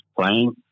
playing